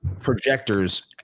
projectors